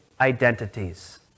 identities